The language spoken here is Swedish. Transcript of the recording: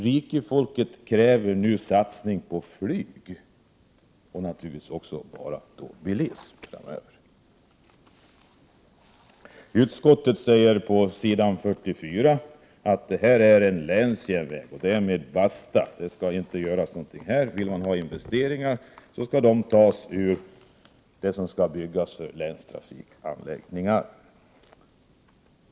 Rikefolket kräver nu satsning på flyg och naturligtvis också bilism framöver. På s. 44 i betänkandet säger utskottet att detta är en länsjärnväg och därmed basta. Det skall inte göras någonting här. Vill man göra investeringar, skall pengarna tas från anslaget för byggande av länstrafikanläggningar.